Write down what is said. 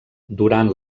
durant